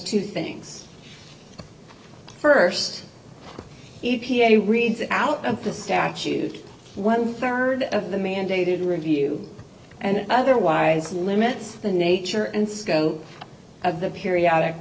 two things first e p a reads out of the statute one third of the mandated review and otherwise limits the nature and scope of the periodic